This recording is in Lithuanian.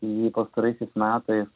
jį pastaraisiais metais